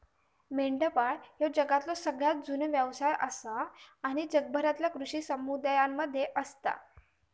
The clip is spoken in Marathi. मेंढपाळ ह्यो जगातलो सगळ्यात जुनो व्यवसाय आसा आणि जगभरातल्या कृषी समुदायांमध्ये असता